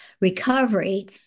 recovery